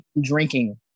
Drinking